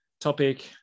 topic